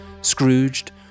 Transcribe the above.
Scrooged